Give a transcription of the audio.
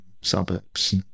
suburbs